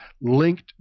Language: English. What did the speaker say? linked